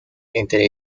entre